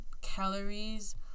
calories